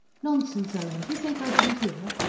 nonsense, ellen! do you think i didn't hear?